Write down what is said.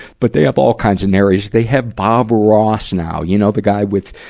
but they have all kinds of narraves. they have bob ross now, you know the guy with,